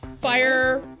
Fire